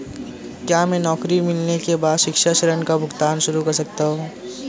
क्या मैं नौकरी मिलने के बाद शिक्षा ऋण का भुगतान शुरू कर सकता हूँ?